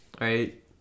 right